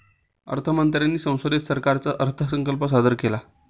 अर्थ मंत्र्यांनी संसदेत सरकारचा अर्थसंकल्प सादर केला